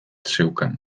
zeukan